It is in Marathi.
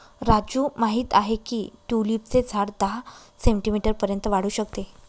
राजू माहित आहे की ट्यूलिपचे झाड दहा सेंटीमीटर पर्यंत वाढू शकते